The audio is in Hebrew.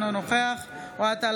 אינו נוכח אוהד טל,